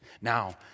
Now